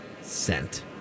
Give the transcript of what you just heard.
Sent